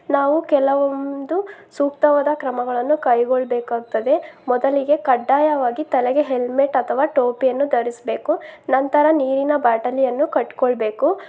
ನಾವು ಕೆಲವೊಂದು ಸೂಕ್ತವಾದ ಕ್ರಮಗಳನ್ನು ಕೈಗೊಳ್ಳಬೇಕಾಗ್ತದೆ ಮೊದಲಿಗೆ ಕಡ್ಡಾಯವಾಗಿ ತಲೆಗೆ ಹೆಲ್ಮೆಟ್ ಅಥವಾ ಟೋಪಿಯನ್ನು ಧರಿಸಬೇಕು ನಂತರ ನೀರಿನ ಬಾಟಲಿಯನ್ನು ಕಟ್ಟಿಕೊಳ್ಬೇಕು